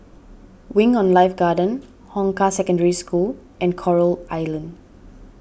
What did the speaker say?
Wing on Life Garden Hong Kah Secondary School and Coral Island